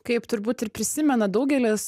kaip turbūt ir prisimena daugelis